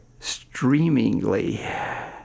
streamingly